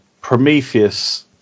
Prometheus